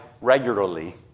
regularly